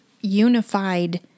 unified